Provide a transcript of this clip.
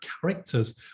characters